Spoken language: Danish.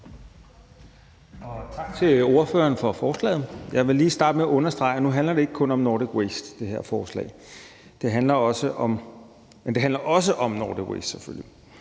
tak til ordføreren for forslaget. Jeg vil lige starte med at understrege, at nu handler det her forslag ikke kun om Nordic Waste, men at det også handler om Nordic Waste. I SF er